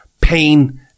pain